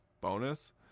bonus